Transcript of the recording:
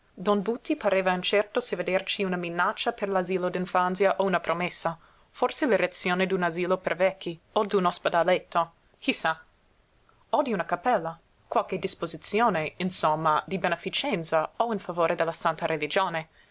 don buti pareva incerto se vederci una minaccia per l'asilo d'infanzia o una promessa forse l'erezione d'un asilo pei vecchi o d'un ospedaletto chi sa o di una cappella qualche disposizione insomma di beneficenza o in favore della santa religione